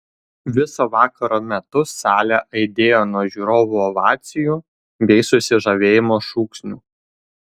viso vakaro metu salė aidėjo nuo žiūrovų ovacijų bei susižavėjimo šūksnių